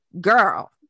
girl